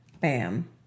Bam